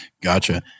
Gotcha